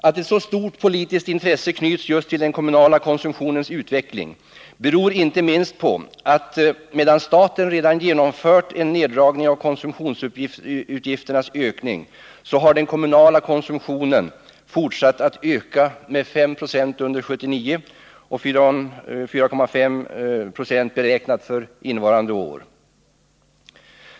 Att så stort politiskt intresse knyts just till den kommunala konsumtionens utveckling beror inte minst på att medan staten redan genomfört en neddragning av konsumtionsutgifternas ökning, så har den kommunala konsumtionen fortsatt att öka. Den har ökat med 5 20 1979 och beräknas öka med 4,5 90 för innevarande år.